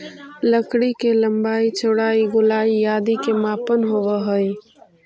लकड़ी के लम्बाई, चौड़ाई, गोलाई आदि के मापन होवऽ हइ